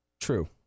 True